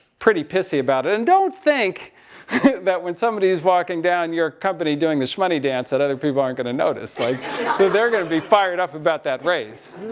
pretty pissy about it. and don't think that when somebody's walking down your company doing the shmoney dance that other people aren't going to notice, like. so they're going to be fired up about that raise.